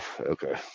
Okay